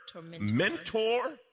Mentor